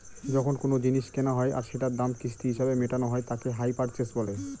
যখন কোনো জিনিস কেনা হয় আর সেটার দাম কিস্তি হিসেবে মেটানো হয় তাকে হাই পারচেস বলে